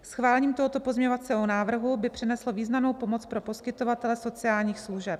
Schválením tohoto pozměňovacího návrhu by přineslo významnou pomoc pro poskytovatele sociálních služeb.